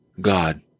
God